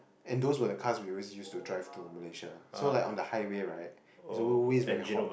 and those with cars he always used to drive to Malaysia so like on the highway right it's always very hot